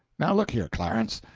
now look here, clarence,